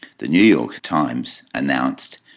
the new york times announced,